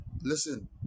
Listen